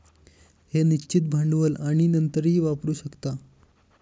हे निश्चित भांडवल आपण नंतरही वापरू शकता